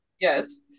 yes